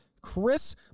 Chris